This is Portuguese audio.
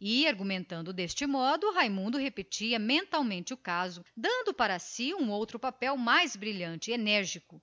e argumentando com as réplicas que lhe faltaram então reformava mentalmente todo o caso dando a si próprio um novo papel tão brilhante e enérgico